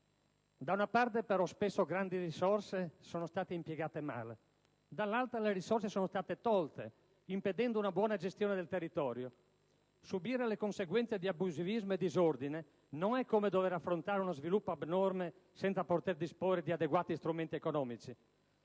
Da una parte, però, spesso grandi risorse sono state impiegate male, dall'altra le risorse sono state tolte, impedendo una buona gestione del territorio. Subire le conseguenze di abusivismo e disordine non è come dover affrontare uno sviluppo abnorme senza poter disporre di adeguati strumenti economici.